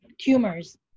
tumors